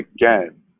again